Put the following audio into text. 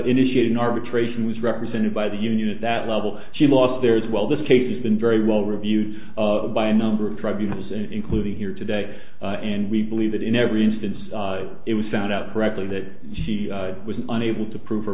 initiated an arbitration was represented by the union at that level she lost there as well this case has been very well reviewed by a number of tribunals and including here today and we believe that in every instance it was found out correctly that she was unable to prove